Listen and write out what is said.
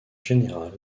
général